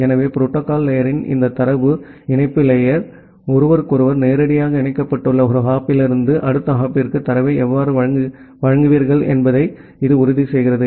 எனவே புரோட்டோகால் லேயர்ரின் இந்த தரவு இணைப்பு லேயர் ஒருவருக்கொருவர் நேரடியாக இணைக்கப்பட்டுள்ள ஒரு ஹாப்பிலிருந்து அடுத்த ஹாப்பிற்கு தரவை எவ்வாறு வழங்குவீர்கள் என்பதை இது உறுதி செய்கிறது